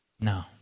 No